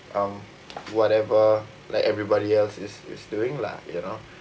um whatever like everybody else is is doing lah you know